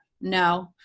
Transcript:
no